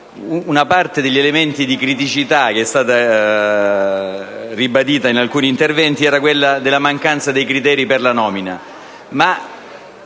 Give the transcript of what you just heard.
una parte degli elementi di criticità che è stata ribadita in alcuni interventi attiene alla mancanza di criteri per la nomina.